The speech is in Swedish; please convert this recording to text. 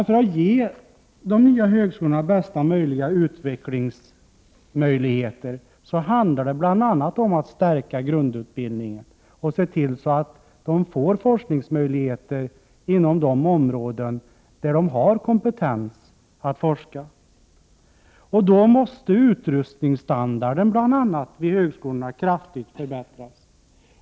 För att ge de nya högskolorna bästa möjliga utvecklingsmöjligheter bör man bl.a. stärka grundutbildningen och se till att dessa institutioner får forskningsmöjligheter inom de områden, där de har kompetens att forska. Det förutsätter att utrustningsstandarden kraftigt förbättras.